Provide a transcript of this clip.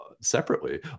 separately